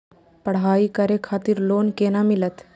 पढ़ाई करे खातिर लोन केना मिलत?